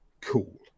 cool